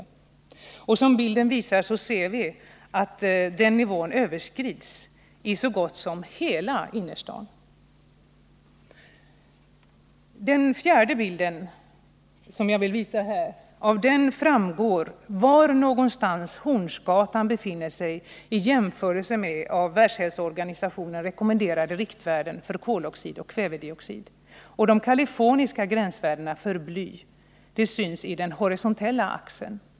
Som vi ser på bilden överskrids den nivån i så gott som hela innerstaden. Av den fjärde bilden, som jag nu visar på TV-skärmen, framgår var någonstans Hornsgatan befinner sig vid en jämförelse med av Världshälsoorganisationen rekommenderade riktvärden för koloxid och kvävedioxid och de californiska gränsvärdena för bly i den horisontella axeln.